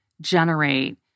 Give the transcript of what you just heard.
generate